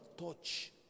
touch